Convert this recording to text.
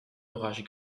orage